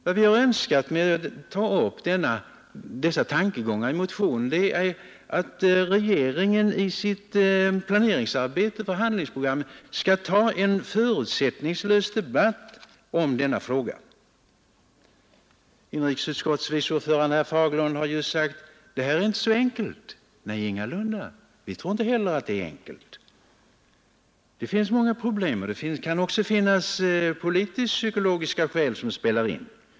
Vad vi önskat med att ta upp dessa tankegångar i motionen är att regeringen i sitt planeringsarbete för handlingsprogram skall ta en förutsättningslös debatt om denna fråga. Inrikesutskottets vice ordförande, herr Fagerlund, har sagt att detta inte är så enkelt. Nej, ingalunda. Vi tror inte heller att det är enkelt. Det finns många problem, och det kan också finnas politisk-psykologiska skäl som spelar in.